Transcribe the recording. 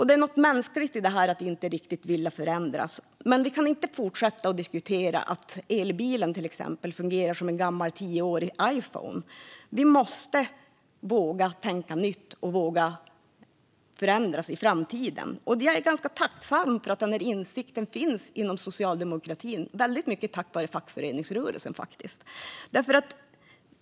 Det är något mänskligt i det här med att inte vilja att saker ska förändras, men vi kan inte fortsätta diskutera till exempel att elbilen fungerar som en gammal tioårig Iphone. Vi måste våga tänka nytt och förändras i framtiden. Jag är ganska tacksam för att den insikten finns inom socialdemokratin, faktiskt mycket tack vare fackföreningsrörelsen.